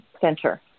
center